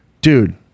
dude